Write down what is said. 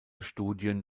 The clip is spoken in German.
studien